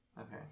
Okay